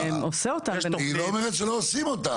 היא לא אומרת שלא עושים אותם,